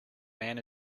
man